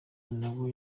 nawe